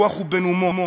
הוויכוח הוא בין אומות,